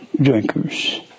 drinkers